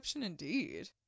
indeed